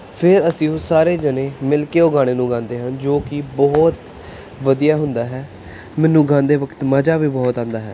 ਫਿਰ ਅਸੀਂ ਉਹ ਸਾਰੇ ਜਣੇ ਮਿਲ ਕੇ ਉਹ ਗਾਣੇ ਨੂੰ ਗਾਉਂਦੇ ਹਨ ਜੋ ਕਿ ਬਹੁਤ ਵਧੀਆ ਹੁੰਦਾ ਹੈ ਮੈਨੂੰ ਗਾਉਂਦੇ ਵਕਤ ਮਜ਼ਾ ਵੀ ਬਹੁਤ ਆਉਂਦਾ ਹੈ